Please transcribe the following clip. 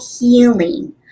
healing